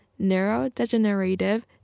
neurodegenerative